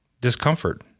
discomfort